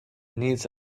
needs